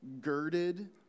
girded